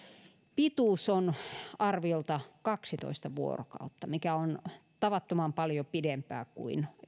pituus on arviolta kaksitoista vuorokautta mikä on tavattoman paljon pidempään kuin